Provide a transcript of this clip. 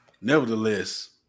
Nevertheless